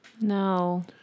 No